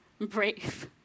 brave